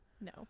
No